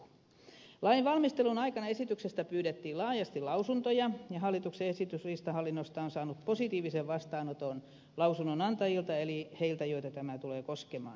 lain valmistelun aikana esityksestä pyydettiin laajasti lausuntoja ja hallituksen esitys riistahallinnosta on saanut positiivisen vastaanoton lausunnonantajilta eli heiltä joita tämä tulee koskemaan